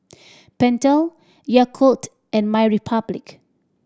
Pentel Yakult and MyRepublic